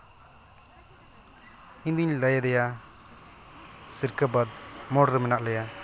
ᱤᱧᱫᱩᱧ ᱞᱟᱹᱭᱟᱫᱮᱭᱟ ᱥᱤᱨᱠᱟᱹ ᱵᱟᱹᱫᱽ ᱢᱳᱲ ᱨᱮ ᱢᱮᱱᱟᱜ ᱞᱮᱭᱟ